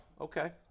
okay